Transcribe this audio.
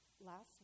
last